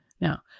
Now